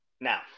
Now